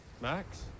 Max